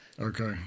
Okay